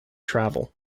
travel